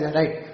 right